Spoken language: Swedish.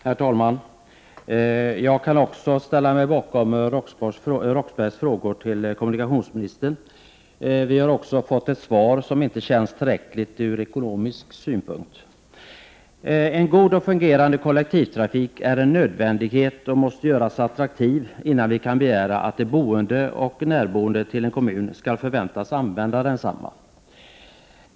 Herr talman! Jag kan ställa mig bakom Claes Roxberghs frågor till kommunikationsministern. Vi har fått ett svar som inte känns tillräckligt ur ekonomisk synpunkt. En god och fungerande kollektivtrafik är en nödvändighet. Kollektivtrafiken måste göras attraktiv, innan vi kan begära att kommuninvånarna och de till kommunen närboende skall använda densamma.